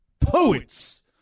poets